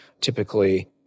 typically